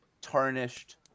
tarnished